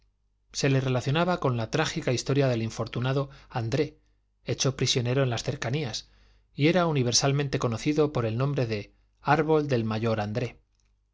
se le relacionaba con la trágica historia del infortunado andré hecho prisionero en las cercanías y era universalmente conocido por el nombre de árbol del mayor andré